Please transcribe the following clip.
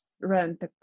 rent